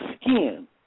skin